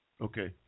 Okay